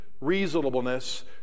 reasonableness